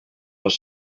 dos